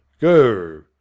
go